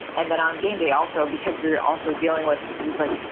and then on game day also because you're also dealing with, like yeah